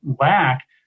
lack